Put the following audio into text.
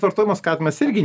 vartojimo skatinimas irgi